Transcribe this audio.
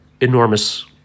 enormous